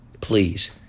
please